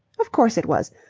of course it was.